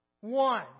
One